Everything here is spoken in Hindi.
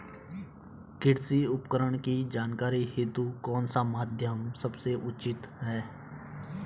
कृषि उपकरण की जानकारी हेतु कौन सा माध्यम सबसे उचित है?